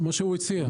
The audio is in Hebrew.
הוא עושה את המקסימום,